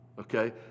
Okay